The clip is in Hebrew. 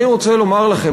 אני רוצה לומר לכם,